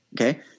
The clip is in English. Okay